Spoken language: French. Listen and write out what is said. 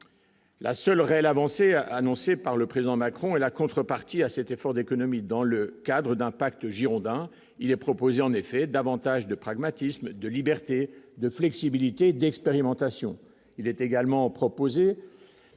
La seule réelle avancée a annoncé par le président Macron est la contrepartie à cet effort d'économies dans le cadre d'un pacte girondin, il est proposé en effet davantage de pragmatisme, de liberté, de flexibilité, d'expérimentation,